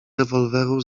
rewolweru